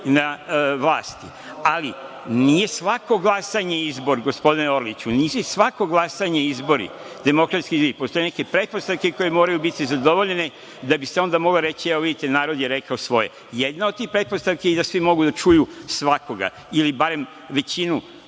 vlasti. Ali, nije svako glasanje izbor, gospodine Orliću. Nisu svako glasanje izbori, demokratski izbori. Postoje neke pretpostavke koje moraju biti zadovoljene da bi se onda moglo reći – evo, vidite, narod je rekao svoje. Jedna od tih pretpostavki je i da svi mogu da čuju svakoga ili barem većinu